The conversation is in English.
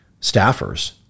staffers